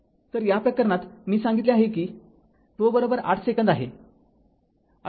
तर या प्रकरणात मी सांगितले आहे कि τ८ सेकंद आहे